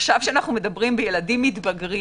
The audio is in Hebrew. עכשיו, כשמדברים בילדים מתבגרים,